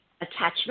attachment